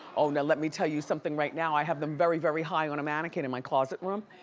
oh now let me tell you something right now. i have them very very high on a mannequin in my closet room.